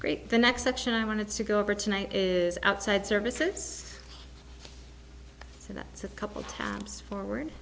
greek the next section i wanted to go over tonight is outside services so that's a couple times forward